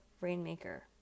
rainmaker